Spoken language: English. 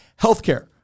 Healthcare